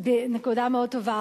נקודה מאוד טובה.